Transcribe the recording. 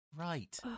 Right